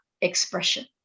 expression